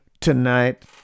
tonight